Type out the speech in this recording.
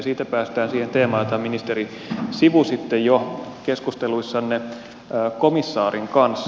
siitä päästään siihen teemaan jota ministeri sivusitte jo keskusteluissanne komissaarin kanssa